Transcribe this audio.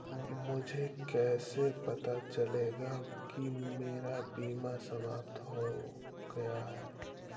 मुझे कैसे पता चलेगा कि मेरा बीमा समाप्त हो गया है?